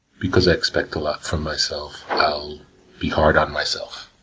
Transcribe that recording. because i expect a lot from myself, i'll be hard on myself,